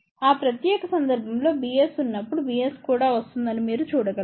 ఆ ప్రత్యేక సందర్భంలో లో bs ఉన్నప్పుడు bs కూడా వస్తుంది అని మీరు చూడగలరు